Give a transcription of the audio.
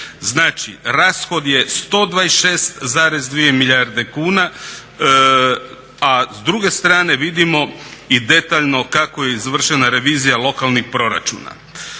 Znači rashod je 126,2 milijarde kuna a s druge strane vidimo i detaljno i kako je izvršena revizija lokalnih proračuna.